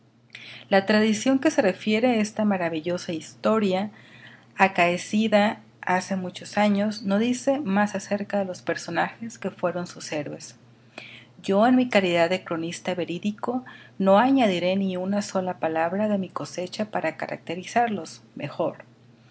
la tradición que refiere esta maravillosa historia acaecida hace muchos años no dice nada más acerca de los personajes que fueron sus héroes yo en mi calidad de cronista verídico no añadiré ni una sola palabra de mi cosecha para caracterizarlos mejor